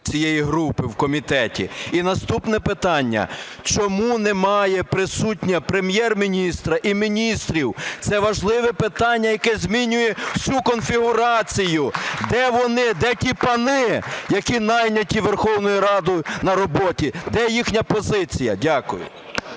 цієї групи в комітеті? І наступне питання. Чому немає присутніх Прем'єр-міністра і міністрів? Це важливе питання, яке змінює всю конфігурацію. Де вони, де ті пани, які найняті Верховною Радою на роботу? Де їхня позиція? Дякую.